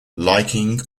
liking